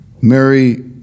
Mary